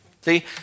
See